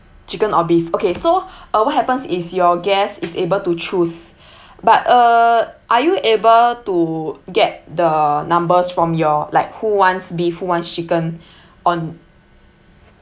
chicken or beef okay so uh what happens is your guests is able to choose but uh are you able to get the numbers from your like who wants beef who wants chicken on